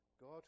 God